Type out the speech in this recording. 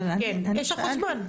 יש לך עוד זמן.